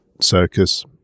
Circus